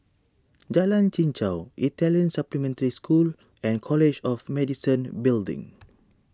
Jalan Chichau Italian Supplementary School and College of Medicine Building